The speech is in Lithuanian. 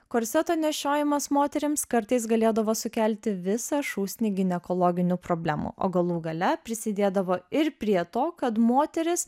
korseto nešiojimas moterims kartais galėdavo sukelti visą šūsnį ginekologinių problemų o galų gale prisidėdavo ir prie to kad moteris